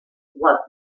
was